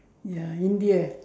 ya india